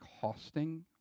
costing